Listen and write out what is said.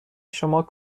شما